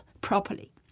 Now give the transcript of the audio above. properly